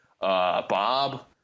Bob